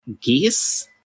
Geese